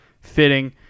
fitting